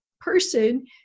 person